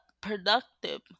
productive